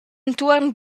entuorn